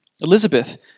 Elizabeth